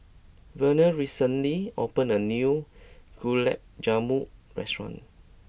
Verner recently opened a new Gulab Jamun Restaurant